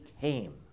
came